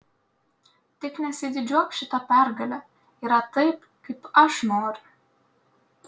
tik nesididžiuok šita pergale yra taip kaip aš noriu